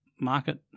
market